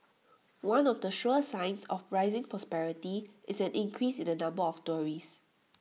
one of the sure signs of rising prosperity is an increase in the number of tourists